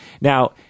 Now